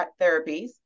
therapies